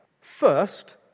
First